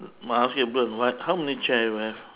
ah okay blue and white how many chair you have